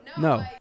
No